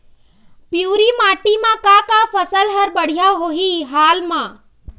पिवरी माटी म का का फसल हर बढ़िया होही हाल मा?